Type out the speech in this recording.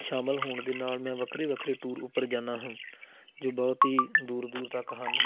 ਸ਼ਾਮਲ ਹੋਣ ਦੇ ਨਾਲ ਮੈਂ ਵੱਖਰੇ ਵੱਖਰੇ ਟੂਰ ਉੱਪਰ ਜਾਂਦਾ ਹਾਂ ਜੋ ਬਹੁਤ ਹੀ ਦੂਰ ਦੂਰ ਤੱਕ ਹਨ